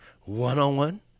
one-on-one